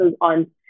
on